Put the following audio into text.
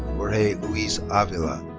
jorge luis avila.